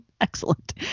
Excellent